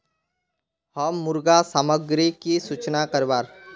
हम मुर्गा सामग्री की सूचना करवार?